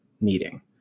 meeting